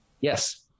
Yes